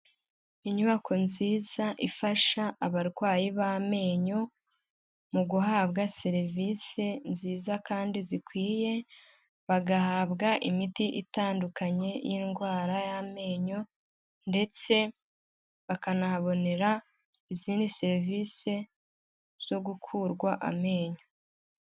Inyubako nziza ifasha abarwayi b'amenyo mu guhabwa serivisi nziza kandi zikwiye, bagahabwa imiti itandukanye y'indwara y'amenyo ndetse bakanahabonera izindi serivisi zo gukurwa amenyo.